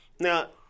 Now